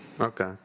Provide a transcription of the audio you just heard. Okay